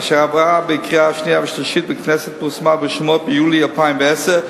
אשר עברה בקריאה שנייה ושלישית בכנסת ופורסמה ברשומות ביולי 2010,